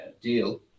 deal